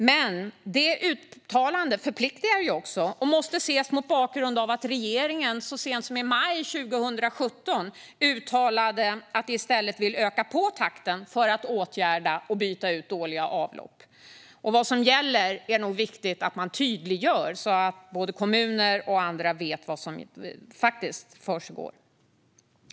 Men det uttalandet förpliktar också och måste ses mot bakgrund av att regeringen så sent som i maj 2017 uttalade att den i stället vill öka på takten för att åtgärda och byta ut dåliga avlopp. Det är nog viktigt att man tydliggör vad som gäller så att kommuner och andra vet vad som försiggår.